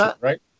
right